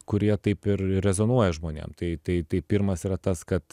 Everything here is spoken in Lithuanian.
kurie taip ir rezonuoja žmonėm tai tai tai pirmas yra tas kad